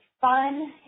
fun